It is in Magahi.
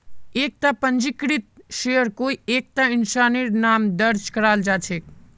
एकता पंजीकृत शेयर कोई एकता इंसानेर नाम स दर्ज कराल जा छेक